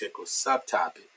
subtopic